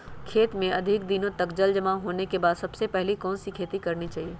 खेत में अधिक दिनों तक जल जमाओ होने के बाद सबसे पहली कौन सी खेती करनी चाहिए?